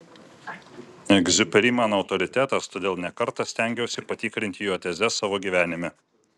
egziuperi man autoritetas todėl ne kartą stengiausi patikrinti jo tezes savo gyvenime